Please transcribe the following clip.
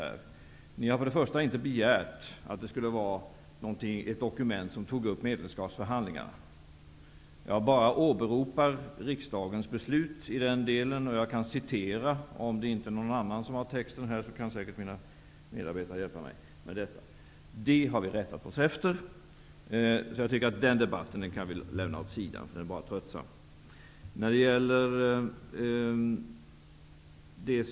För det första har ni inte begärt att få ett dokument där man tar upp medlemskapsförhandlingarna. Jag kan bara åberopa riksdagsbeslutet i den delen. Jag kan citera -- om inte någon annan har texten kan säkert mina medarbetare hjälpa mig med det. Detta har vi alltså rättat oss efter, så den debatten kan vi lämna åt sidan, för det börjar bli tröttsamt.